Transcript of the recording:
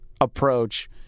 approach